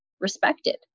respected